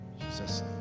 Jesus